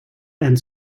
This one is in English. and